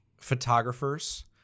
Photographers